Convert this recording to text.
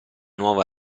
nuovo